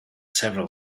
several